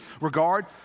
regard